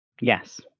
Yes